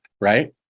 right